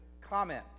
comment